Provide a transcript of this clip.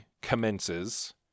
commences